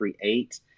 create